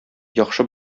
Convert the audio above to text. яхшы